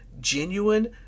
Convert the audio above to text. genuine